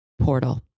portal